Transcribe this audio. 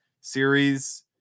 series